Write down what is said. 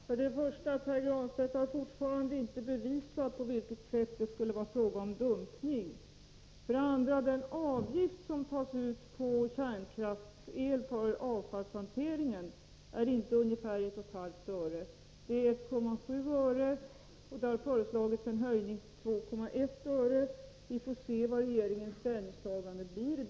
Fru talman! För det första har Pär Granstedt fortfarande inte bevisat på vilket sätt det skulle vara fråga om dumpning. För det andra är den avgift som tas ut på kärnkraftsel för avfallshanteringen inte ungefär 1,5 öre. Den är 1,7 öre, och det har föreslagits en höjning till 2,1 öre. Vi får se vad regeringens ställningstagande blir.